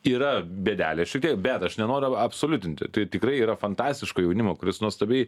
yra bėdelė šiek tiek bet aš nenoriu a absoliutinti tai tikrai yra fantastiško jaunimo kuris nuostabiai